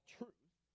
truth